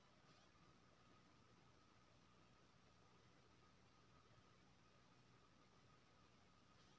PS बीच उनसठ म ऑनलाइन लोन के आवेदन जमा करै पर कत्ते समय लगतै?